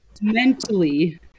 mentally